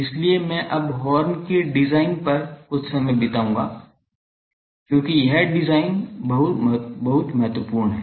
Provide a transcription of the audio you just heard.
इसलिए मैं अब हॉर्न के डिज़ाइन पर कुछ समय बिताऊंगा क्योंकि यह डिज़ाइन बहुत महत्वपूर्ण है